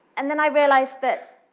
and then i realized that,